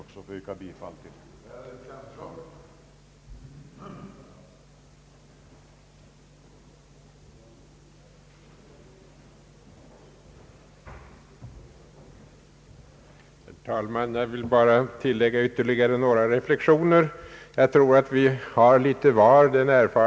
Jag ber att få yrka bifall till utskottets hemställan.